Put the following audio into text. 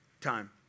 time